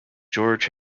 george